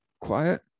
quiet